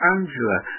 Angela